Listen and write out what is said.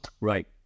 Right